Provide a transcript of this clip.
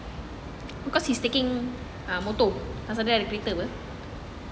pasal dia ada kereta bah